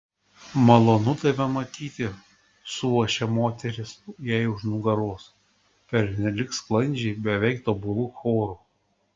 malonu tave matyti suošė moterys jai už nugaros pernelyg sklandžiai beveik tobulu choru